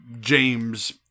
James